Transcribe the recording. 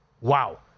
Wow